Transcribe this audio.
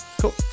cool